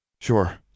Sure